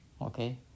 Okay